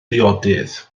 ddiodydd